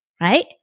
right